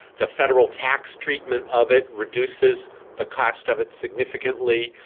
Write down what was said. the federal tax treatment of it reduces the cost of it significantly.